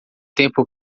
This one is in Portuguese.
tempo